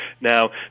Now